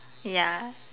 ya